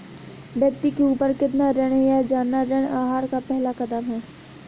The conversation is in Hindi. व्यक्ति के ऊपर कितना ऋण है यह जानना ऋण आहार का पहला कदम है